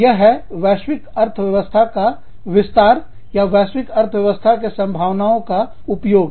तो यही है वैश्विक अर्थव्यवस्था का प्रसार विस्तार या वैश्विक अर्थव्यवस्था के संभावनाओं का उपयोग